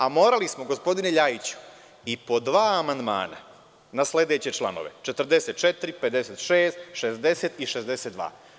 A morali smo, gospodine Ljajiću, i po dva amandmana na sledeće članove: 44, 56, 60. i 62.